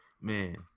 Man